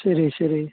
ശരി ശരി